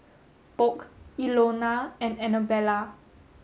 Polk Ilona and Anabella